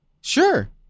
Sure